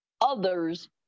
others